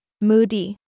Moody